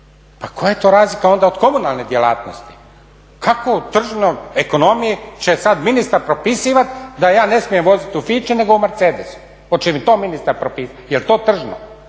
pa koja je to razlika onda od komunalne djelatnosti? Kako od tržne ekonomije će sada ministar propisivati da ja ne smijem voziti u Fići nego u Mercedesu. Hoće li to ministar propisati? Je li to tržno?